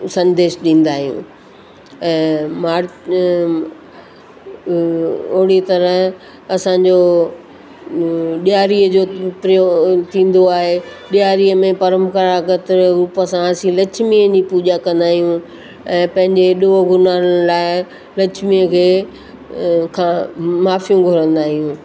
संदेश ॾींदा आहियूं मार ओहिड़ी तरह असांजो ॾियारीअ जो प्रो थींदो आहे ॾियारीअ में परंपरागत रूप सां असी लछ्मीअ जी पूॼा कंदा आहियूं ऐं पंहिंजे ॾोअ गुनान लाइ लछमीअ खे खां माफ़ियूं घुरंदा आहियूं